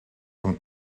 from